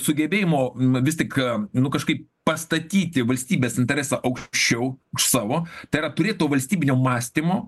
sugebėjimo vis tik nu kažkaip pastatyti valstybės interesą aukščiau už savo tai yra turėt to valstybinio mąstymo